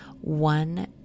one